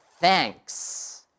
thanks